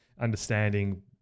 understanding